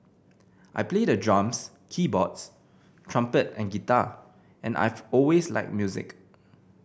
I play the drums keyboards trumpet and guitar and I've always liked music